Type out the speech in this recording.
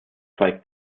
zwei